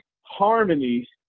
Harmony